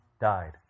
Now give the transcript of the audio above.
died